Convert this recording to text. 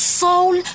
soul